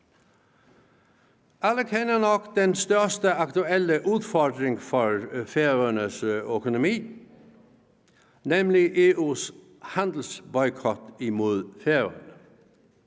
Alle kender nok den største aktuelle udfordring for Færøernes økonomi, nemlig EU's handelsboykot imod Færøerne.